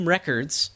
Records